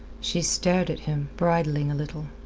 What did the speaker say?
she stared at him, bridling a little.